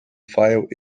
file